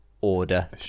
order